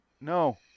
No